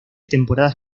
temporadas